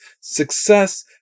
Success